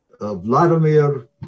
Vladimir